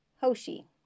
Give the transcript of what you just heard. Hoshi